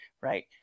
right